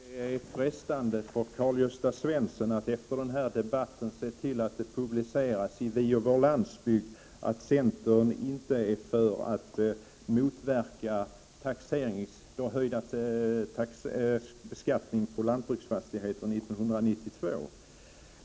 Fru talman! Jag förstår att det är frestande för Karl-Gösta Svenson att se till att det efter den här debatten publiceras i Vi och Vår Landsbygd att centern inte är för att motverka höjd beskattning på lantbruksfastigheter 1992.